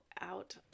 out